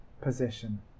position